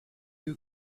you